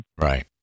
Right